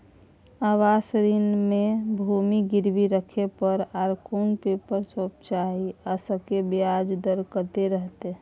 आवास ऋण म भूमि गिरवी राखै पर आर कोन पेपर सब चाही आ संगे ब्याज दर कत्ते रहते?